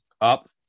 up